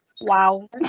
wow